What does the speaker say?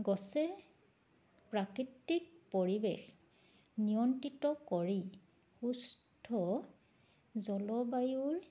গছে প্ৰাকৃতিক পৰিৱেশ নিয়ন্ত্ৰিত কৰি সুস্থ জলবায়ুৰ